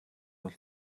бол